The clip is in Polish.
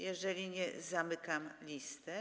Jeżeli nie, zamykam listę.